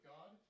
God